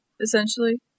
essentially